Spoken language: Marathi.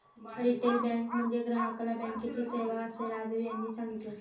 रिटेल बँक म्हणजे ग्राहकाला बँकेची सेवा, असे राजीव यांनी सांगितले